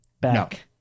back